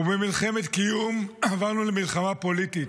וממלחמת קיום עברנו למלחמה פוליטית,